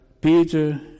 Peter